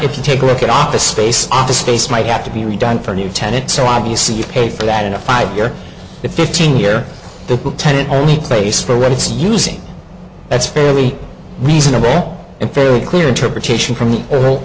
if you take a look at office space office space might have to be redone for a new tenant so obviously you pay for that in a five year fifteen year the tenant only place for rent it's using that's fairly reasonable and fairly clear interpretation from